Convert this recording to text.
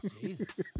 Jesus